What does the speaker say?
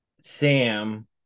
Sam